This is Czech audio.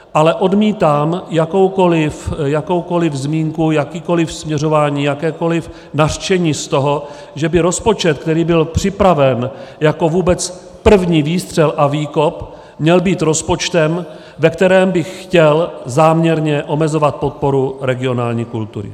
Ale odmítám jakoukoliv zmínku, jakékoli směřování, jakékoli nařčení z toho, že by rozpočet, který byl připraven jako vůbec první výstřel a výkop, měl být rozpočtem, ve kterém bych chtěl záměrně omezovat podporu regionální kultury.